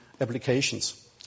applications